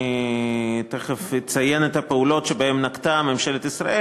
אני תכף אציין את הפעולות שנקטה ממשלת ישראל.